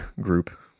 group